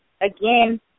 again